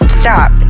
stop